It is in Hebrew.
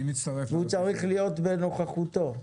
זה צריך להיות בנוכחותו.